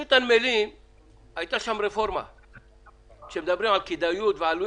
אותן מדינות שבאמת מבינות את החשיבות ואת המשמעות